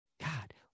God